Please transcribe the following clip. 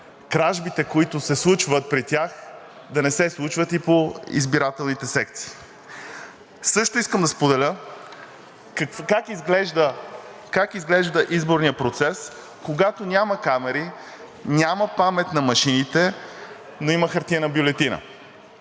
кражбите, които се случват при тях, да не се случват и по избирателните секции. Също искам да споделя как изглежда изборният процес, когато няма камери, няма памет на машините, но има хартиена бюлетина.